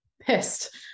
pissed